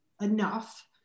enough